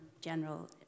General